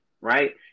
right